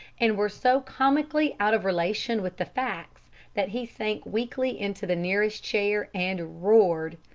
and were so comically out of relation with the facts that he sank weakly into the nearest chair and roared.